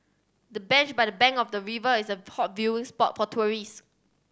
the bench by the bank of the river is a hot viewing spot for tourist